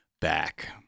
back